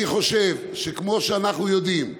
אני חושב שכמו שאנחנו יודעים,